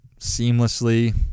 seamlessly